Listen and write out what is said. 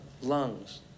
lungs